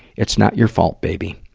it's not your fault, baby.